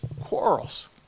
quarrels